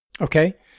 Okay